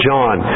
John